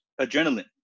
adrenaline